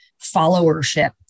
followership